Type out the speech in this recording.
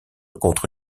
contre